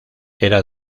era